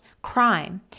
crime